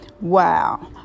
Wow